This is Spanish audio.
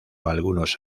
algunos